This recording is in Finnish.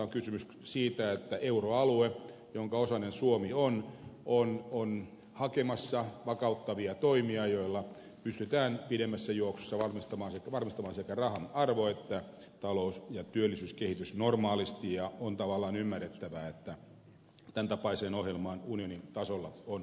on kysymys siitä että euroalue jonka osanen suomi on on hakemassa vakauttavia toimia joilla pystytään pidemmässä juoksussa varmistamaan sekä rahan arvo että talous ja työllisyyskehitys normaalisti ja on tavallaan ymmärrettävää että tämäntapaiseen ohjelmaan unionin tasolla on lähdetty liikkeelle